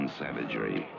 savagery